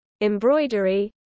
embroidery